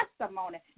testimony